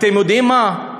אתם יודעים מה?